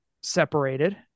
separated